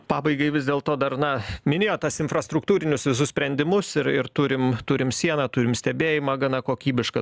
pabaigai vis dėl to dar na minėjot tas infrastruktūrinius visus sprendimus ir ir turim turim sieną turim stebėjimą gana kokybišką